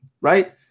right